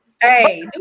Hey